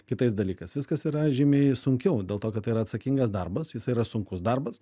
kitais dalykais viskas yra žymiai sunkiau dėl to kad tai yra atsakingas darbas jis yra sunkus darbas